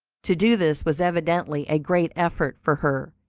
to do this was evidently a great effort for her,